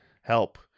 Help